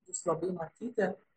jus labai matyti